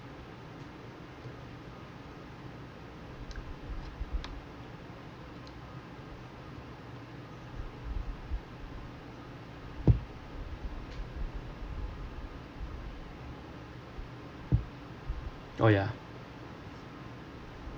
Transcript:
oh yeah